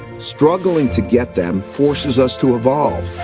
struggling to get them forces us to evolve,